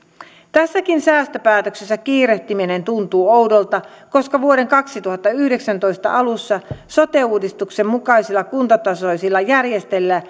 tässäkin säästöpäätöksessä kiirehtiminen tuntuu oudolta koska vuoden kaksituhattayhdeksäntoista alussa sote uudistuksen mukaisilla maakuntatasoisilla järjestäjillä